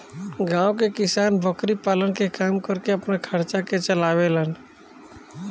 गांव के किसान बकरी पालन के काम करके आपन खर्चा के चलावे लेन